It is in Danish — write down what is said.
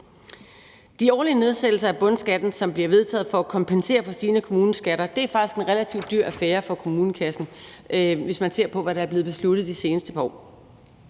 De årlige nedsættelser af bundskatten, som bliver vedtaget for at kompensere for stigende kommuneskatter, er faktisk en relativt dyr affære for kommunekassen, hvis man ser på, hvad der er blevet besluttet de seneste par år.